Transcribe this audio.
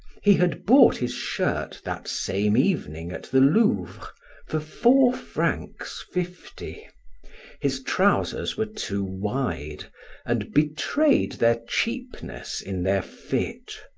he had bought his shirt that same evening at the louvre for four francs fifty his trousers were too wide and betrayed their cheapness in their fit,